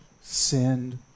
Send